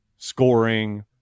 scoring